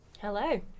hello